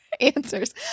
answers